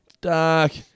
dark